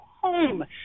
home